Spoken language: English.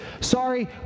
Sorry